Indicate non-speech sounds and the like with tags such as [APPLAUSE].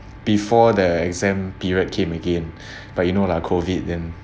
before the exam period came again [BREATH] but you know lah COVID then